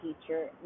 teacher